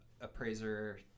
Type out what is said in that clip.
appraiser